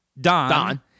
Don